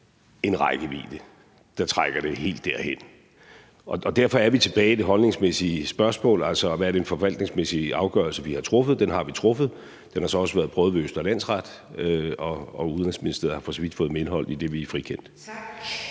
en rækkevidde, der trækker det helt derhen. Derfor er vi tilbage ved det holdningsmæssige spørgsmål, altså den forvaltningsmæssige afgørelse, vi har truffet, og den har vi truffet, og den har så også været prøvet ved Østre Landsret, og Udenrigsministeriet har for så vidt fået medhold, idet vi er frikendt.